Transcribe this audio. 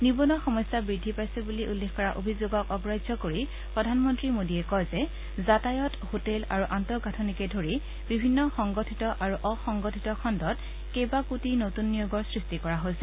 নিবনুৱা সমস্যা বৃদ্ধি পাইছে বুলি কৰা অভিযোগক অগ্ৰাহ্য কৰি প্ৰধানমন্ত্ৰী মোডীয়ে কয় যে যাতায়াত হোটেল আৰু আন্তঃগাঁঠনিকে ধৰি বিভিন্ন সংগঠিত আৰু অসংগঠিত খণ্ডত কেইবা কোটি নতুন নিয়োগৰ সৃষ্টি কৰা হৈছে